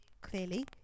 Clearly